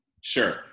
sure